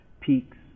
peaks